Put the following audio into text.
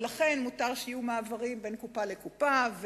ולכן מותר שיהיו מעברים בין קופה לקופה,